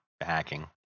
hacking